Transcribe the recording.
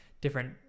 different